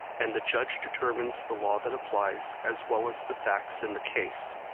and the judge determines the law that applies as well as the facts in the case.